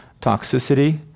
toxicity